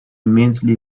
immensely